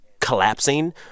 collapsing